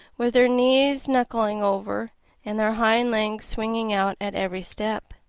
with their knees knuckling over and their hind legs swinging out at every step,